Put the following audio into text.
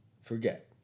Forget